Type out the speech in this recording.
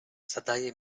zadaje